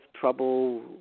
trouble